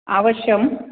अवश्यं